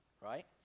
right